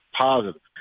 positive